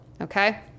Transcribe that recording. okay